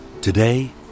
Today